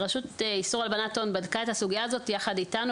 רשות לאיסור הלבנת הון בדקה את הסוגייה הזאת יחד איתנו